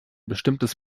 bestimmtes